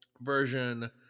version